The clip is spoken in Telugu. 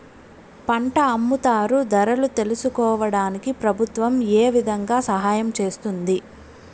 పంట అమ్ముతారు ధరలు తెలుసుకోవడానికి ప్రభుత్వం ఏ విధంగా సహాయం చేస్తుంది?